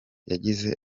yagize